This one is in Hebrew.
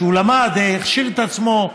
שהוא למד, הכשיר את עצמו.